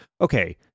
okay